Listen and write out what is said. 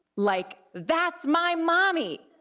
like that's my mommy.